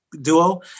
duo